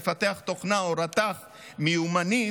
מפתח תוכנה או רתך מיומנים,